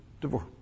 divorce